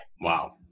Wow